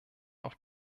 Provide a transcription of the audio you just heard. auf